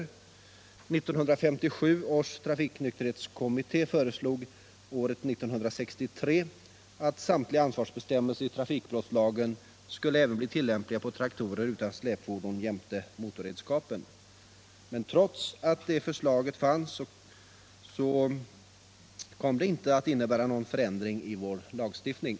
1957 års trafiknykterhetskommitté föreslog 1963 att samtliga ansvarsbestämmelser i trafikbrottslagen skulle bli tillämpliga även på traktorer utan släpfordon jämte motorredskap. Men trots att det förslaget fanns kom det inte någon förändring i lagstiftningen.